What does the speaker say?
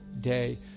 day